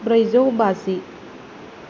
ब्रैजौ बाजि